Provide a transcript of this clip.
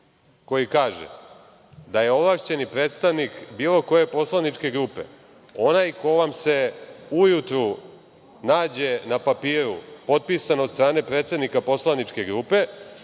koji kaže – da je ovlašćeni predstavnik bilo koje poslaničke grupe onaj ko vam se ujutru nađe na papiru, potpisan od strane predsednika poslaničke grupe